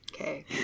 Okay